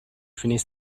finish